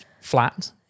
flat